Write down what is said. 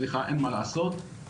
אין מה לעשות,